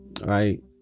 right